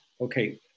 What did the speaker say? Okay